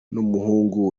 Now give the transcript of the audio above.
n’umuhungu